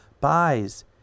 Buys